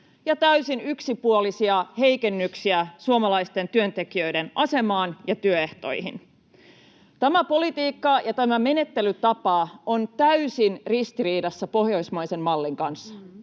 ja täysin yksipuolisia heikennyksiä suomalaisten työntekijöiden asemaan ja työehtoihin. Tämä politiikka ja tämä menettelytapa on täysin ristiriidassa pohjoismaisen mallin kanssa,